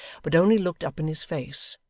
but only looked up in his face,